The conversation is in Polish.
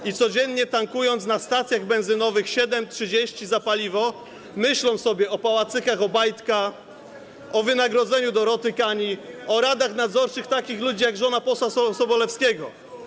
I codziennie tankując na stacjach benzynowych, 7,30 za paliwo, myślą sobie o pałacykach Obajtka, o wynagrodzeniu Doroty Kani, o radach nadzorczych takich ludzi jak żona posła Sobolewskiego.